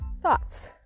thoughts